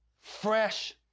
Fresh